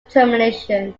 termination